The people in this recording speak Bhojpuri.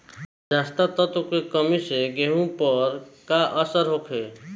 जस्ता तत्व के कमी से गेंहू पर का असर होखे?